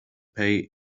pay